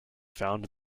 found